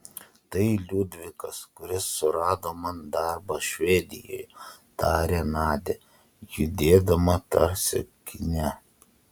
tai liudvikas kuris surado man darbą švedijoje tarė nadia judėdama tarsi kine